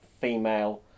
female